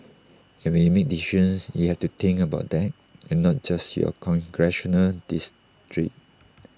and when you make decisions you have to think about that and not just your congressional district